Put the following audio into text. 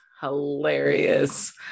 hilarious